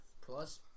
plus